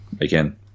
again